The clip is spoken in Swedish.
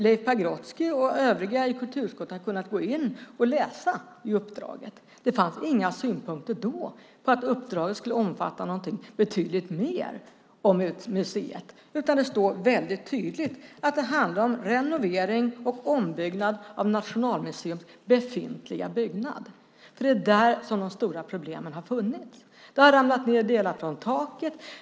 Leif Pagrotsky och övriga i kulturutskottet har kunnat gå in och läsa i uppdraget. Det fanns då inga synpunkter på att uppdraget skulle omfatta något betydligt mer om museet. Det var väldigt tydligt att det handlade om renovering och ombyggnad av Nationalmuseums befintliga byggnad, eftersom det är där de stora problemen har funnits. Det har ramlat ned delar från taken.